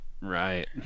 Right